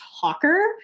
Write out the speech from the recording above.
talker